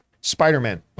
Spider-Man